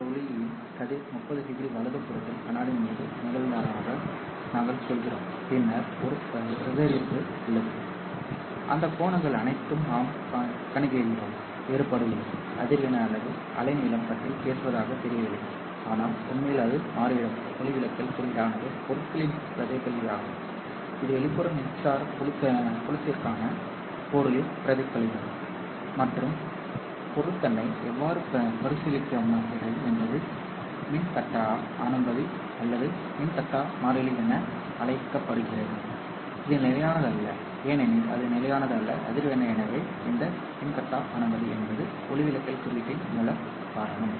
உங்கள் ஒளியின் கதிர் 30 டிகிரி வலதுபுறத்தில் கண்ணாடி மீது நிகழ்ந்ததாக நாங்கள் சொல்கிறோம் பின்னர் ஒரு பிரதிபலிப்பு உள்ளது அந்த கோணங்கள் அனைத்தையும் நாம் கணக்கிடுகிறோம் வேறுபடவில்லை அதிர்வெண் அல்லது அலைநீளம் பற்றி பேசுவதாகத் தெரியவில்லை ஆனால் உண்மையில் அது மாறிவிடும் ஒளிவிலகல் குறியீடானது பொருட்களின் பிரதிபலிப்பாகும் இது வெளிப்புற மின்சார புலத்திற்கான பொருளின் பிரதிபலிப்பாகும் மற்றும் பொருள் தன்னை எவ்வாறு மறுசீரமைக்கிறது என்பது மின்கடத்தா அனுமதி அல்லது மின்கடத்தா மாறிலி என அழைக்கப்படுகிறது இது நிலையானது அல்ல ஏனெனில் அது நிலையானது அல்ல அதிர்வெண் எனவே இந்த மின்கடத்தா அனுமதி என்பது ஒளிவிலகல் குறியீட்டின் மூல காரணம்